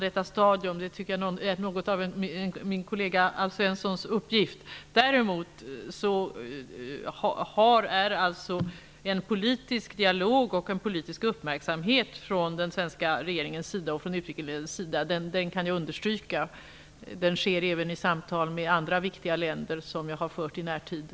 Det är min kollega Alf Svenssons uppgift. Däremot kan jag understryka att det förs en politisk dialog och riktas en politisk uppmärksamhet på detta från den svenska regeringens sida, även i samtal som jag har fört med andra viktiga länder under den senaste tiden.